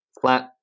flat